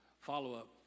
follow-up